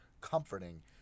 comforting